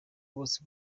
bose